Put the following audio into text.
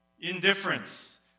Indifference